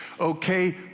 okay